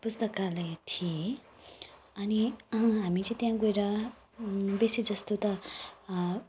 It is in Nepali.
पुस्तकालय थिए अनि हामी चाहिँ त्यहाँ गएर बेसी जस्तो त